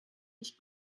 nicht